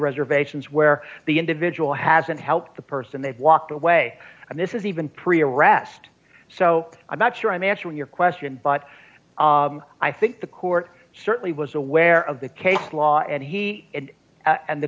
reservations where the individual hasn't helped the person that walked away and this is even pre arrest so i'm not sure i'm answering your question but i think the court certainly was aware of the case law and he and